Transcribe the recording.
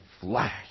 flash